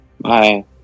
Bye